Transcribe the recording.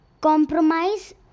compromise